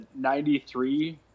93